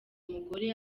umugore